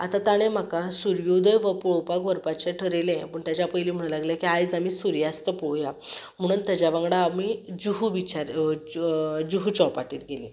आतां ताणें म्हाका सुर्योदय व्हो पोळोवपाक व्हरपाचें ठरयलें पूण तेज्या पयली म्हुणू लागलें की आयज आमी सुर्यास्त पोळोवया म्हुणून तेज्या वांगडा आमी जुहू बिचार ज् जुहू चौपाटीर गेलीं